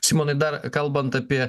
simonai dar kalbant apie